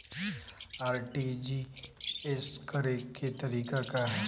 RTGS करे के तरीका का हैं?